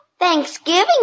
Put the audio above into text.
Thanksgiving